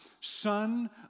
son